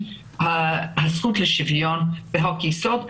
עיגון הזכות לשוויון בחוק-יסוד באופן דחוף.